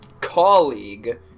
Colleague